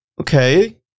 Okay